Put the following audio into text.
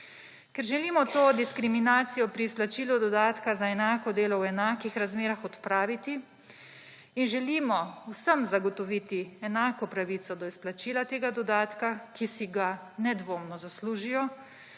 Ker želimo to diskriminacijo pri izplačilu dodatka za enako delo v enakih razmerah odpraviti in želimo vsem zagotoviti enako pravico do izplačila tega dodatka, ki si ga nedvoumno zaslužijo,